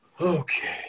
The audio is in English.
Okay